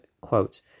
quote